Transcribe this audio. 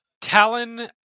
Talon